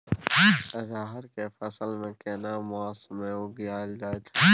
रहर के फसल केना मास में उगायल जायत छै?